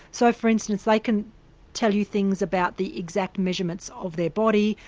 so for instance they can tell you things about the exact measurements of their body,